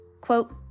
quote